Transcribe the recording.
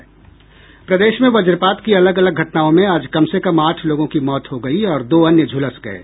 प्रदेश में वज्रपात की अलग अलग घटनाओं में आज कम से कम आठ लोगों की मौत हो गयी और दो अन्य झुलस गये